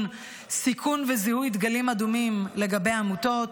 סיכון וזיהוי דגלים אדומים לגבי עמותות.